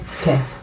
Okay